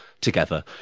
together